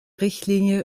richtlinie